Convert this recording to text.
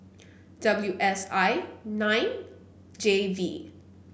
W S I nine J V